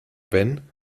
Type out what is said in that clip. wenn